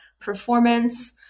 performance